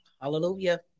Hallelujah